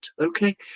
Okay